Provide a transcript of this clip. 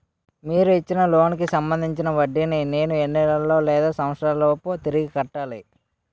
మీరు ఇచ్చిన లోన్ కి సంబందించిన వడ్డీని నేను ఎన్ని నెలలు లేదా సంవత్సరాలలోపు తిరిగి కట్టాలి?